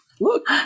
Look